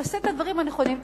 תעשה את הדברים הנכונים,